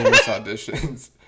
auditions